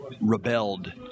rebelled